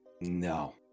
no